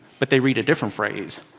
but they read a different phrase.